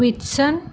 Whitson